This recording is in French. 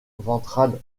ventrale